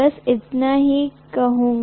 बस इतना ही कहूंगा